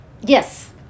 Yes